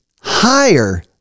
higher